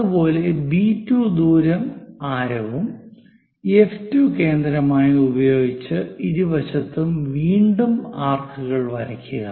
അതുപോലെ ബി2 ദൂരം ആരവും എഫ് 2 കേന്ദ്രമായും ഉപയോഗിച്ച് ഇരുവശത്തും വീണ്ടും ആർക്കുകൾ വരയ്ക്കുക